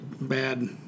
bad